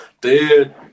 Dude